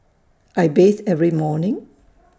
I bathe every morning